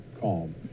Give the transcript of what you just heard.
calm